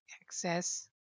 access